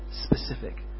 specific